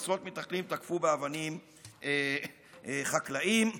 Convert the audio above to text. עשרות מתנחלים תקפו חקלאים באבנים,